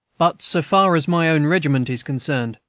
but, so far as my own regiment is concerned,